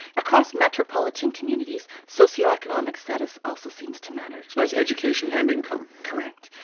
across metropolitan communities, socio-economic status also seems to matter. so that's education and income. correct.